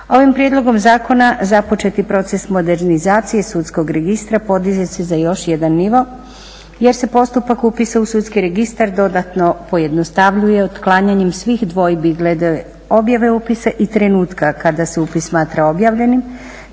Ovim prijedlogom zakona započeti proces modernizacije sudskog registra podiže se za još jedan nivo jer se postupak upisa u sudski registar dodatno pojednostavljuje otklanjanjem svih dvojbi glede objave upisa i trenutka kada se upis smatra objavljenim